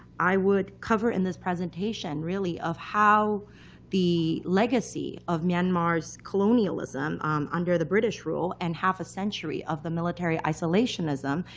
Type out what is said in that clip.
i would cover in this presentation really, of how the legacy of myanmar's colonialism under the british rule, and half a century of the military isolationism,